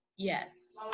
Yes